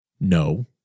no